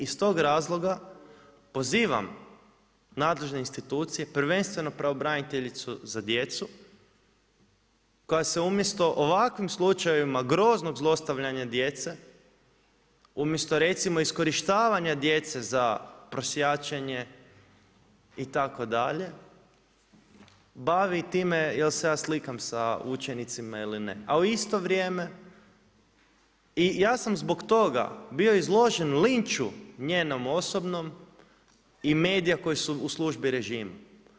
I iz tog razloga pozivam nadležne institucije, prvenstveno pravobraniteljicu za djecu koja se umjesto ovakvim slučajevima groznog zlostavljanja djece, umjesto recimo iskorištavanja djece za prosjačenje itd., bavi time jel se ja slikam sa učenicima ili ne. a u isto vrijeme i ja sam zbog toga bio izložen linču njenom osobnom i medija koji su u službi režima.